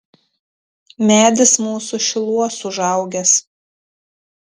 medis mūsų šiluos užaugęs